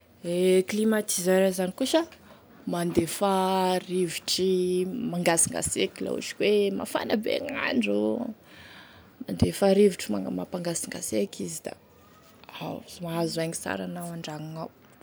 E climatiseur zany koa sa, mandefa rivotry mangasiganseky, la ohatry ka hoe mafana bé gn'andro, mandefa rivotry manga- mampangasingaseky izy da ao mahazo aigny sara anao andragno ao.